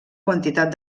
quantitat